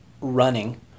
running